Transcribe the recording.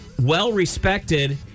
well-respected